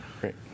Great